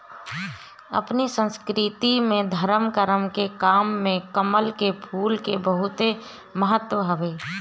अपनी संस्कृति में धरम करम के काम में कमल के फूल के बहुते महत्व हवे